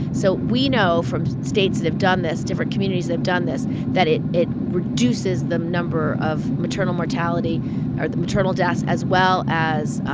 so we know from states that have done this, different communities that have done this, that it it reduces the number of maternal mortality or the maternal deaths as well as